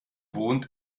wohnt